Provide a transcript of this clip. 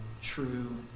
true